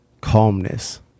calmness